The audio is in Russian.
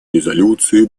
резолюций